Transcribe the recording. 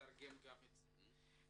לתרגם גם לשפה האמהרית.